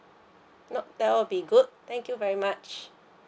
nope that will be good thank you very much